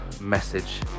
message